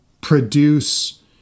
produce